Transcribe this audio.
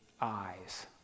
eyes